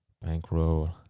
Bankroll